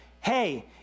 Hey